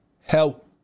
Help